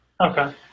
Okay